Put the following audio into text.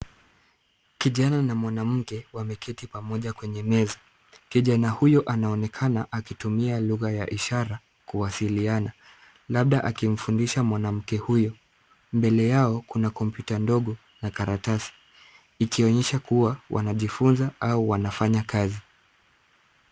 Kijana na mwanamke wameketi pamoja kwenye meza. Kijana huyo anaonekana akitumia lugha ya ishara kuwasiliana, labda akimfundisha mwanamke huyo. Mbele yao kuna kompyuta ndogo na karatasi ikionyesha kuwa wanajifunza au wanafanya kazi.